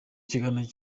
ikiganiro